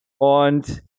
Und